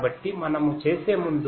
కాబట్టి మనము చేసే ముందు